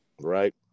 Right